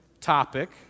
topic